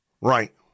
Right